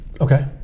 Okay